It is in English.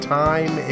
time